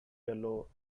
yellow